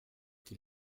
qui